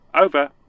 Over